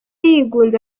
yigunze